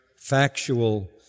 factual